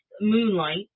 moonlight